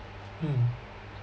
mm